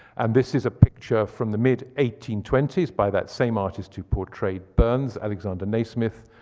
and this is a picture from the mid eighteen twenty s by that same artist who portrayed burns, alexander nasmyth,